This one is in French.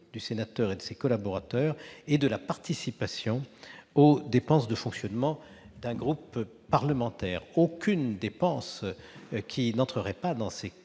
du sénateur et de ses collaborateurs et de la participation aux dépenses de fonctionnement d'un groupe parlementaire. Aucune dépense n'entrant pas dans une